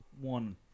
One